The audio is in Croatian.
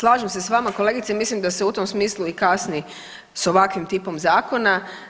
Slažem se s vama kolegice, mislim da se u tom smislu i kasni s ovakvim tipom zakona.